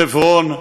חברון,